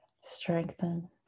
strengthen